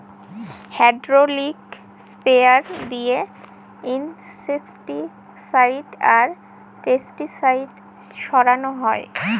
hydraulic sprayer দিয়ে insecticide আর pesticide ছড়ানো হয়